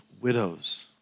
widows